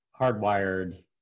hardwired